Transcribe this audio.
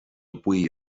buí